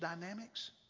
dynamics